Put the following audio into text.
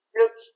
look